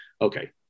okay